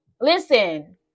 listen